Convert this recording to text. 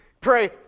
Pray